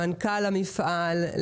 למנכ"ל המפעל,